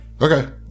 Okay